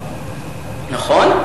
נכון,